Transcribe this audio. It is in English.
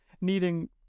needing